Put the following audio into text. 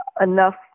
enough